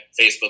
Facebook